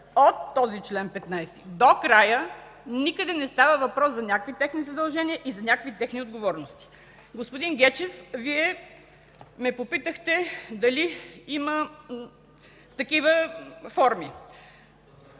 От чл. 15 до края никъде не става въпрос за някакви техни задължения и за някакви техни отговорности. Господин Гечев, Вие ме попитахте дали има такива форми.